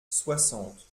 soixante